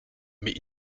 mais